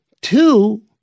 Two